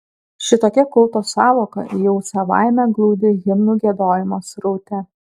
šitokia kulto sąvoka jau savaime glūdi himnų giedojimo sraute